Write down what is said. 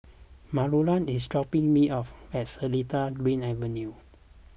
Manuela is dropping me off at Seletar Green Avenue